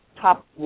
top